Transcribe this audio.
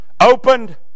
opened